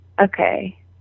Okay